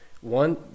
One